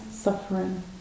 Suffering